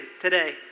today